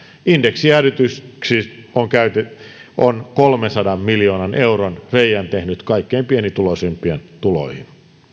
indeksijäädytys on tehnyt kolmensadan miljoonan euron reiän kaikkein pienituloisimpien tuloihin